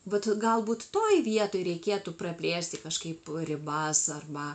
vat galbūt toj vietoj reikėtų praplėsti kažkaip ribas arba